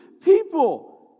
people